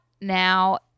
now